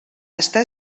està